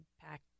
pack